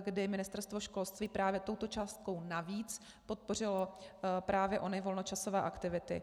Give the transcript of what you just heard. kdy Ministerstvo školství právě touto částkou navíc podpořilo ony volnočasové aktivity.